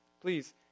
Please